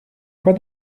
quoi